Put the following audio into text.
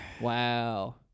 Wow